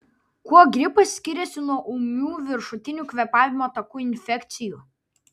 kuo gripas skiriasi nuo ūmių viršutinių kvėpavimo takų infekcijų